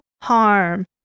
harm